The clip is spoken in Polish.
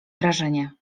wrażenie